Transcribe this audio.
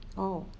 oh